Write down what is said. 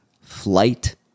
flight